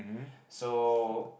so